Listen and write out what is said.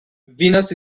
venus